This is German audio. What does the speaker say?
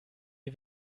die